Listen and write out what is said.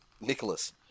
Nicholas